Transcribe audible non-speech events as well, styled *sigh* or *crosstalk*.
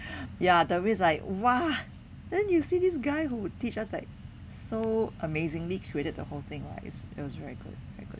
*breath* ya there is like !wah! then you see this guy who teach us like so amazingly created the whole thing what it was very good